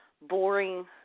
boring